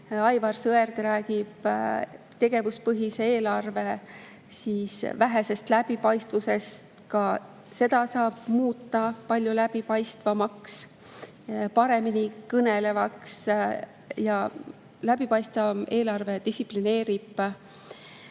Aivar Sõerd räägib tegevuspõhise eelarve vähesest läbipaistvusest. Ka seda saab muuta palju läbipaistvamaks, paremini kõnelevaks. Läbipaistvam eelarve distsiplineerib.